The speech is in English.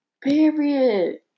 Period